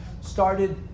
started